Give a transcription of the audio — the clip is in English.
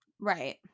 Right